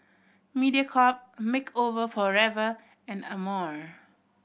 Mediacorp Makeup Forever and Amore